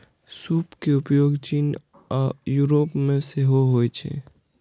सूप के उपयोग चीन आ यूरोप मे सेहो होइ छै